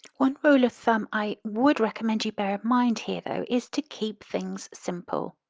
one rule of thumb i would recommend you bear in mind here though is to keep things simple.